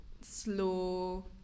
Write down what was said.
slow